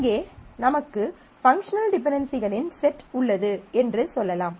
இங்கே நமக்கு பங்க்ஷனல் டிபென்டென்சிகளின் செட் உள்ளது என்று சொல்லலாம்